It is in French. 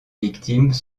victimes